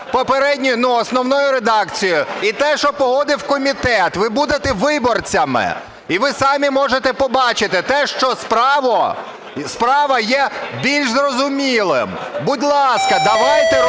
попередньою… основною редакцією, і те, що погодив комітет. Ви будете виборцями. І ви самі можете побачити, те, що справа. Справа є більш зрозумілим. Будь ласка, давайте робити